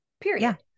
Period